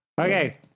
Okay